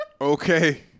Okay